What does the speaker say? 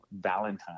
valentine